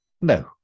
No